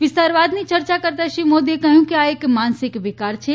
વિસ્તારવાદની ચર્ચા કરતા શ્રી મોદીએ કહ્યું કે આ એક માનસિક વિકાર છે